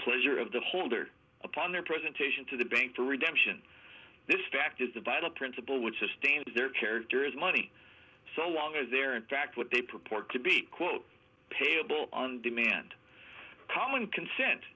pleasure of the holder upon their presentation to the bank to redemption this fact is the battle principle would sustain their characters money so long as there are in fact what they purport to be quote payable on demand common consent